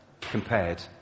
compared